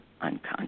unconscious